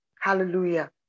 Hallelujah